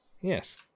Yes